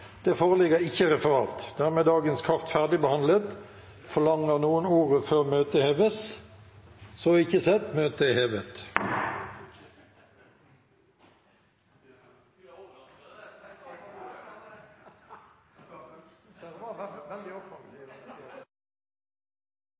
Dermed er dagens kart ferdigbehandlet. Forlanger noen ordet før møtet heves? Så er ikke skjedd, møtet er hevet.